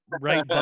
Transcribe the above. right